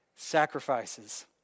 sacrifices